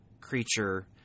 creature